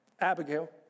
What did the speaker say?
Abigail